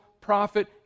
prophet